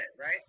right